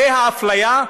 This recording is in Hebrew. זו האפליה,